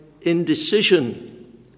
indecision